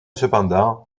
cependant